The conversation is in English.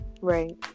Right